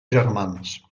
germans